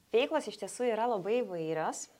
veiklos iš tiesų yra labai įvairios